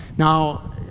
Now